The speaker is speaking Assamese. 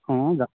অঁ যা